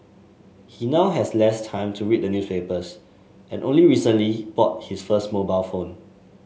he now has less time to read the newspapers and only recently bought his first mobile phone